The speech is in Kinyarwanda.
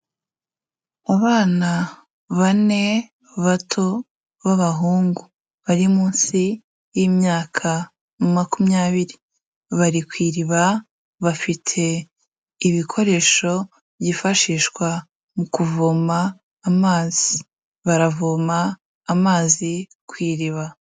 Abana bane bato b'abahungu bari munsi y'imyaka makumyabiri, bari ku iriba, bafite ibikoresho byifashishwa mu kuvoma amazi, baravoma amazi ku iriba.